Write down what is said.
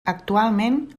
actualment